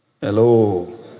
Hello